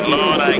Lord